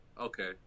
Okay